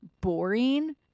boring